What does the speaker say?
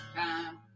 time